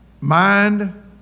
Mind